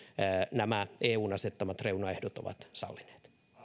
nämä eun asettamat reunaehdot ovat sallineet